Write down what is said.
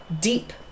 deep